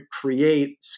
create